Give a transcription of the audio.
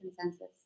consensus